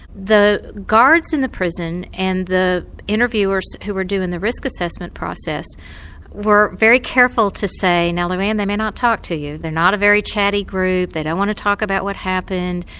the guards in the prison and the interviewers who are doing the risk assessment process were very careful to say, now louanne, they may not talk to you, they're not a very chatty group, they don't want to talk about what happened,